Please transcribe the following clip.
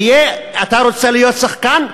אתה רוצה להיות שחקן?